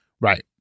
Right